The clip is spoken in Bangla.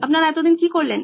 আপনারা কি করলেন